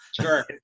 Sure